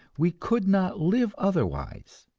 we could not live otherwise,